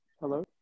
Hello